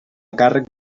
càrrec